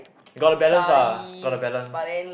you got to balance ah got to balance